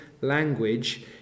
language